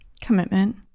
Commitment